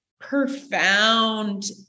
profound